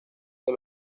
que